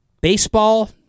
Baseball